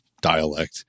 dialect